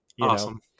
awesome